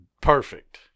Perfect